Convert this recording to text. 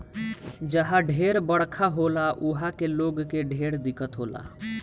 जहा ढेर बरखा होला उहा के लोग के ढेर दिक्कत होला